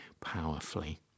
powerfully